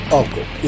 uncle